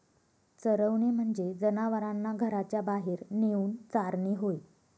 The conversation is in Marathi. चरवणे म्हणजे जनावरांना घराच्या बाहेर नेऊन चारणे होय